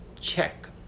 check